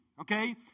okay